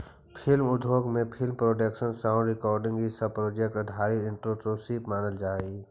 film उद्योग में film production sound recording इ सब प्रोजेक्ट आधारित एंटरप्रेन्योरशिप मानल जा हई